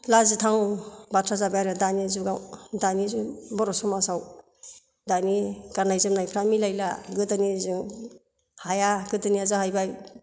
लाजिथाव बाथ्रा जाबाय आरो दानि जुगाव दानि बर' समाजाव दानि गाननाय जोमनायफ्रा मिलायला गोदोनिजों हाया गोदोनिया जाहैबाय